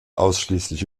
ausschließlich